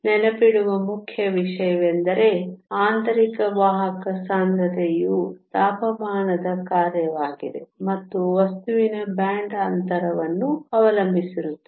ನೆನಪಿಡುವ ಮುಖ್ಯ ವಿಷಯವೆಂದರೆ ಆಂತರಿಕ ವಾಹಕ ಸಾಂದ್ರತೆಯು ತಾಪಮಾನದ ಕಾರ್ಯವಾಗಿದೆ ಮತ್ತು ವಸ್ತುವಿನ ಬ್ಯಾಂಡ್ ಅಂತರವನ್ನು ಅವಲಂಬಿಸಿರುತ್ತದೆ